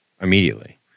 immediately